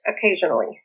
occasionally